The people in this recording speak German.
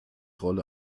rolle